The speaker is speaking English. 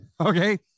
Okay